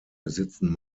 besitzen